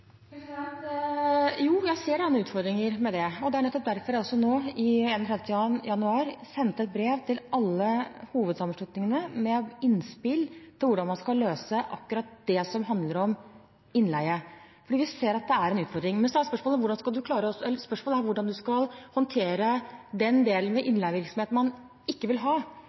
Jeg ser noen utfordringer med det. Og det er nettopp derfor jeg 31. januar sendte et brev til alle hovedsammenslutningene med innspill til hvordan man skal løse akkurat det som handler om innleie. Jeg ser at det er en utfordring. Men så er spørsmålet hvordan man skal håndtere den delen av innleievirksomheten man ikke vil ha, uten at man samtidig ødelegger for den delen av innleievirksomheten som jeg tror alle ønsker at man skal ha.